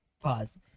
Pause